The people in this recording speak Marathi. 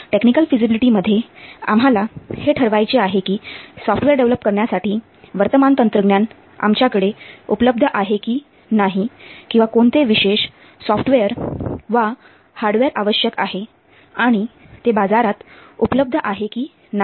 टेक्निकल फिझिबिलिटीमध्ये आम्हाला हे ठरवायचे आहे कि सॉफ्टवेअर डेव्हलप करण्यासाठी वर्तमान तंत्रज्ञान आमच्याकडे उपलब्ध आहे की नाही किंवा कोणते विशेष सॉफ्टवेअर वा हार्डवेअर आवश्यक आहे आणि ते बाजारात उपलब्ध आहे की नाही